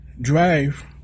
drive